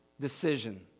decision